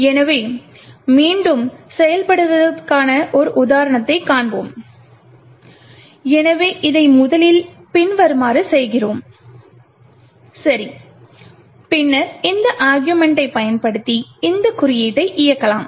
எனவே இது மீண்டும் செயல்படுவதற்கான ஒரு உதாரணத்தைக் காண்போம் எனவே இதை முதலில் பின்வருமாறு செய்கிறோம் சரி பின்னர் இந்த அருகுமெண்ட்டை பயன்படுத்தி இந்த குறியீட்டை இயக்கலாம்